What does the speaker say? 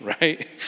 right